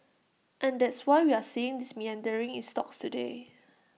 and that's why we're seeing this meandering in stocks today